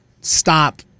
stop